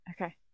Okay